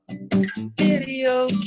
Video